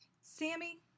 Sammy